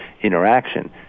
interaction